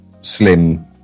slim